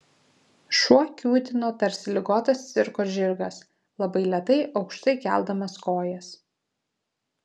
šuo kiūtino tarsi ligotas cirko žirgas labai lėtai aukštai keldamas kojas